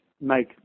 make –